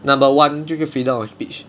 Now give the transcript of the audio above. number one 就是 freedom of speech